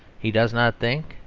he does not think,